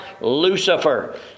Lucifer